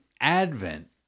Advent